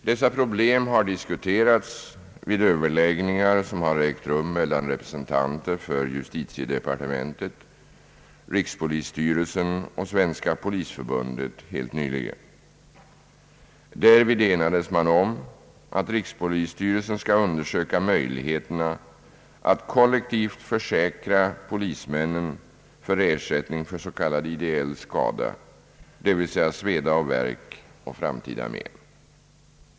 Detta problem har diskuterats vid överläggningar som har ägt rum mellan representanter för justitiedepartementet, rikspolisstyrelsen och Svenska polisförbundet helt nyligen. Därvid enades man om att rikspolisstyrelsen skall undersöka möjligheterna att kollektivt försäkra polismännen för ersättning för s.k. ideell skada, dvs. sveda och värk och framtida men.